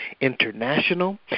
International